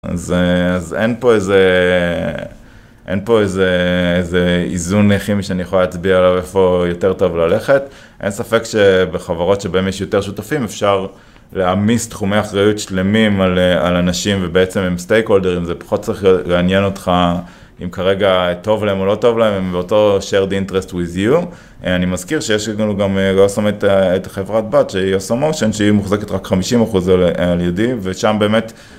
אז אין פה איזה... אין פה איזה... איזה... איזון כימי שאני יכול להצביע על איפה יותר טוב ללכת. אין ספק שבחברות שבהן יש יותר שותפים, אפשר להעמיס תחומי אחריות שלמים על אנשים, ובעצם הם סטייקולדרים, זה פחות צריך לעניין אותך אם כרגע טוב להם או לא טוב להם, הם באותו shared interest with you. אני מזכיר שיש איתנו גם את החברת בת של אוסום מושן, שהיא מוחזקת רק 50% על ידי, ושם באמת.